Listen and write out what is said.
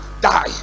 die